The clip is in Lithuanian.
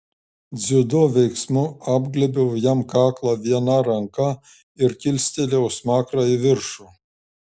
dziudo veiksmu apglėbiau jam kaklą viena ranka ir kilstelėjau smakrą į viršų